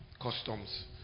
customs